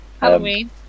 Halloween